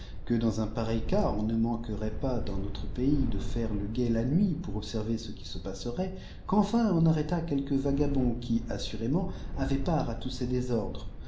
que dans un pareil cas on ne manquerait pas dans notre pays de faire le guet la nuit pour observer ce qui se passerait qu enfin on arrêta quelques vagabonds qui assurément avaient part à tôïrs ces désordres